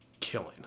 killing